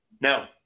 No